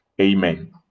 amen